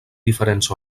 diferents